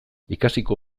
ikasiko